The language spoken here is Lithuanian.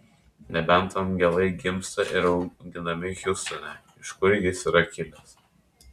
nebent angelai gimsta ir auginami hjustone iš kur jis yra kilęs